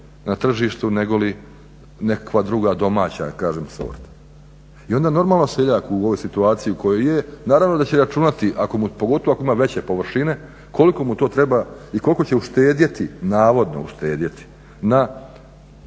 na tržištu negoli nekakva druga domaća, da kažem sorta. I onda normalno seljak u ovoj situaciji u kojoj je, naravno da će računati, pogotovo ako ima veće površine koliko mu to treba i koliko će uštedjeti, navodno uštedjeti na